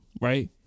right